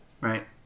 Right